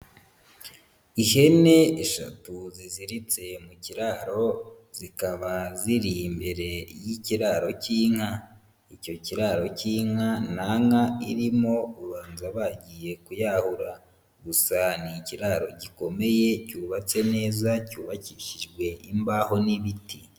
Ihene eshatu ziziritse mu kiraro zikaba ziri imbere y'ikiraro cy'inka, icyo kiraro cy'inka nta nka irimo ubanza bagiye kuyahura, gusa ni ikiraro gikomeye cyubatse neza, cyubakishijwe imbaho n'ibiti.